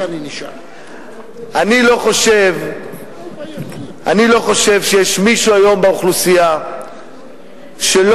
אני לא חושב שיש היום מישהו באוכלוסייה שלא